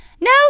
No